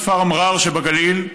בכפר מרר שבגליל,